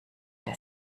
der